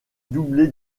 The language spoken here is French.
doublé